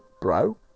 Bro